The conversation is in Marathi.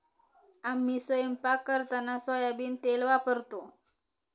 आम्ही स्वयंपाक करताना सोयाबीन तेल वापरतो